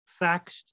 faxed